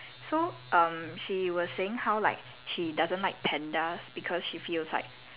so um she was saying how like she doesn't like pandas because she feels like